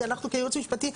אנחנו כייעוץ משפטי,